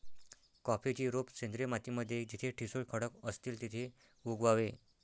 कॉफीची रोप सेंद्रिय माती मध्ये जिथे ठिसूळ खडक असतील तिथे उगवावे